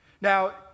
Now